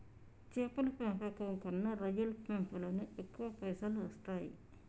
చేపల పెంపకం కన్నా రొయ్యల పెంపులను ఎక్కువ పైసలు వస్తాయి